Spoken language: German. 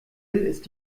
ist